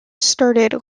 started